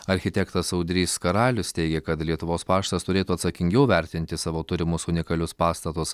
architektas audrys karalius teigia kad lietuvos paštas turėtų atsakingiau vertinti savo turimus unikalius pastatus